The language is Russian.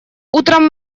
утром